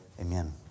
Amen